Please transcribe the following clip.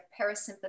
parasympathetic